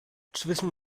zwischen